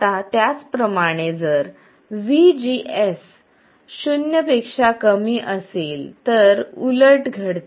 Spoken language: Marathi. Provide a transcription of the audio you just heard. आता त्याचप्रमाणे जर vgs शून्य पेक्षा कमी असेल तर उलट घडते